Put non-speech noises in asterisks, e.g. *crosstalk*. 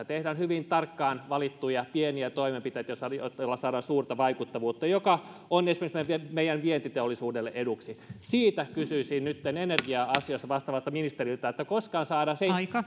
*unintelligible* tehdään hyvin tarkkaan valittuja pieniä toimenpiteitä joilla saadaan suurta vaikuttavuutta joka on esimerkiksi meidän vientiteollisuudellemme eduksi siitä kysyisin nytten energia asioista vastaavalta ministeriltä koska